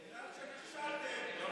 נכשלתם.